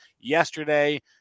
yesterday